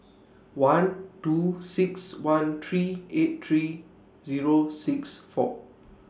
one two six one three eight three Zero six four